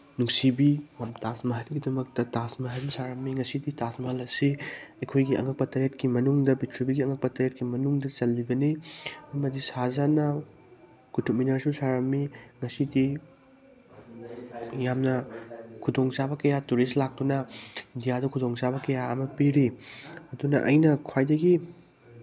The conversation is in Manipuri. ꯅꯨꯡꯁꯤꯕꯤ ꯃꯝꯇꯥꯖ ꯃꯍꯜꯒꯤꯗꯃꯛꯇ ꯇꯥꯖꯃꯍꯜ ꯁꯥꯔꯝꯃꯤ ꯉꯁꯤꯗꯤ ꯇꯥꯖꯃꯍꯜ ꯑꯁꯤ ꯑꯩꯈꯣꯏꯒꯤ ꯑꯉꯛꯄ ꯇꯔꯦꯠꯀꯤ ꯃꯅꯨꯡꯗ ꯄ꯭ꯔꯤꯊꯤꯕꯤꯒꯤ ꯑꯉꯛꯄ ꯇꯔꯦꯠꯀꯤ ꯃꯅꯨꯡꯗ ꯆꯜꯂꯤꯕꯅꯤ ꯑꯃꯗꯤ ꯁꯍꯥꯖꯍꯥꯟꯅ ꯀꯨꯇꯨꯞ ꯃꯤꯅꯔꯁꯨ ꯁꯥꯔꯝꯃꯤ ꯉꯁꯤꯗꯤ ꯌꯥꯝꯅ ꯈꯨꯗꯣꯡꯆꯥꯕ ꯀꯌꯥ ꯇꯨꯔꯤꯁ ꯂꯥꯛꯇꯨꯅ ꯏꯟꯗꯤꯌꯥꯗ ꯈꯨꯗꯣꯡꯆꯥꯕ ꯀꯌꯥ ꯑꯃ ꯄꯤꯔꯤ ꯑꯗꯨꯅ ꯑꯩꯅ ꯈ꯭ꯋꯥꯏꯗꯒꯤ